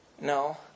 No